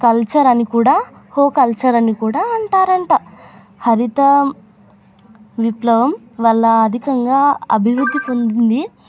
culture అని కూడా co culture అని కూడా అంటారంట హరిత విప్లవం వల్ల అధికంగా అభివృద్ధి పొందింది